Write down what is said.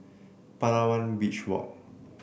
Palawan Beach Walk